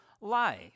life